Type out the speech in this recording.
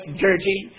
dirty